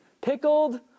pickled